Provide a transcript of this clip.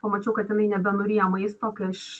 pamačiau kad jinai nebenuryja maisto kai aš